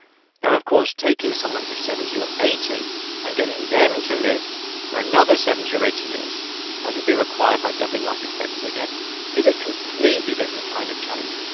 now, of course, taking someone who's seventy or eighty and getting them to live for another seventy or eighty years as would be required by doubling life expectancy again is a completely different kind of challenge.